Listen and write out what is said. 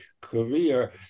career